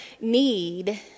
need